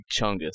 chungus